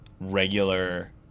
regular